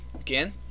Again